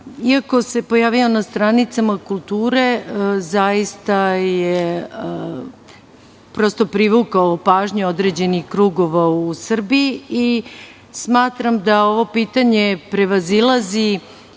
Iako se pojavio na stranicama kulture, prosto je privukao pažnju određenih krugova u Srbiji i smatram da ovo pitanje prevazilazi